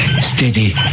Steady